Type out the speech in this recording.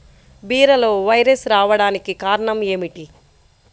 బీరలో వైరస్ రావడానికి కారణం ఏమిటి?